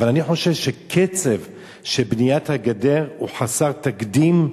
אבל אני חושב שקצב בניית הגדר חסר תקדים,